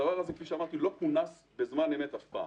הדבר הזה לא התכנס בזמן אמת מעולם.